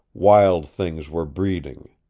wild things were breeding.